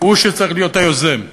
הוא שצריך להיות היוזם,